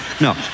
No